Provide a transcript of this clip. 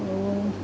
আৰু